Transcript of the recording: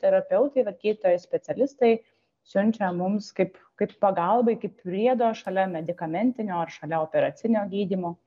terapeutai vat gydytojai specialistai siunčia mums kaip kaip pagalbai kaip priedo šalia medikamentinio ar šalia operacinio gydymo